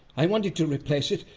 i wanted to replace it,